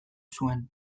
zuen